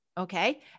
Okay